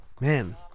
Man